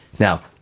Now